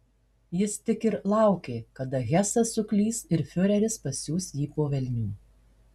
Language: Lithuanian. jis tik ir laukė kada hesas suklys ir fiureris pasiųs jį po velnių